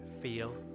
feel